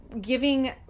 giving